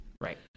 right